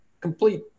complete